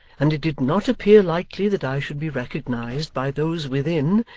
and it did not appear likely that i should be recognized by those within,